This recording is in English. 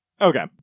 Okay